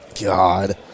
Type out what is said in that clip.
God